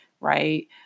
right